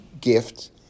gift